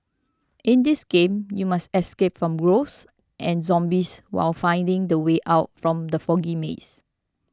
in this game you must escape from ghosts and zombies while finding the way out from the foggy maze